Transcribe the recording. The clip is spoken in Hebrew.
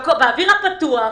זה באוויר הפתוח.